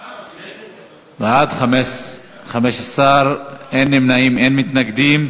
בעד, 15, אין נמנעים ואין מתנגדים.